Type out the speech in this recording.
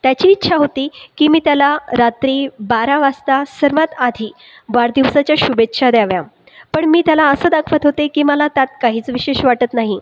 त्याची इच्छा होती की मी त्याला रात्री बारा वाजता सर्वात आधी वाढदिवसाच्या शुभेच्छा द्याव्या पण मी त्याला असं दाखवत होते की मला त्यात काहीच विशेष वाटत नाही